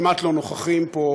כמעט לא נוכחים פה: